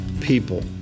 people